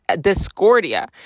discordia